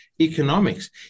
economics